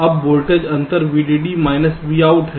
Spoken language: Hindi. तो अब वोल्टेज अंतर VDD माइनस Vout है